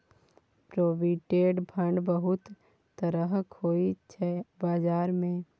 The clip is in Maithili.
प्रोविडेंट फंड बहुत तरहक होइ छै बजार मे